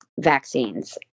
vaccines